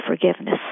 forgiveness